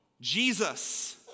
Jesus